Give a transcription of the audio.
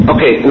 Okay